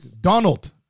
Donald